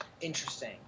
Interesting